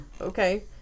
Okay